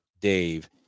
dave